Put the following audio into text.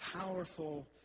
powerful